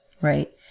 right